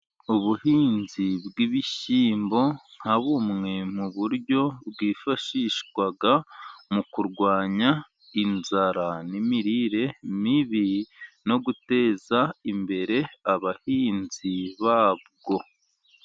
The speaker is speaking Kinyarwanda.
Ubuhinzi bw'ibishyimbo nka bumwe mu buryo bwifashishwa mu kurwanya inzara n'imirire mibi no guteza imbere abahinzi babwo.